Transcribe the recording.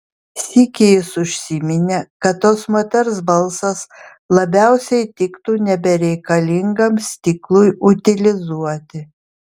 sykį jis užsiminė kad tos moters balsas labiausiai tiktų nebereikalingam stiklui utilizuoti